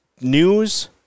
News